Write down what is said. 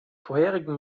vorherigen